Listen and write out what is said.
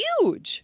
huge